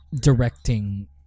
directing